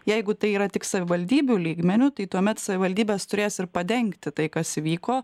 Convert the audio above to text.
jeigu tai yra tik savivaldybių lygmeniu tai tuomet savivaldybės turės ir padengti tai kas įvyko